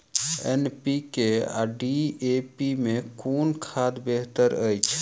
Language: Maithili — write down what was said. एन.पी.के आ डी.ए.पी मे कुन खाद बेहतर अछि?